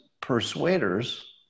persuaders